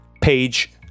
page